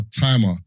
timer